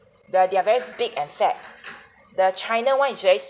the they're very big and fat the china one is very